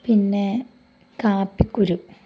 പിന്നെ കാപ്പിക്കുരു